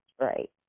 right